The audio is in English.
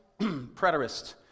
preterist